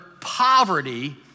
poverty